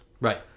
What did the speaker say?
Right